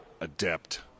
adept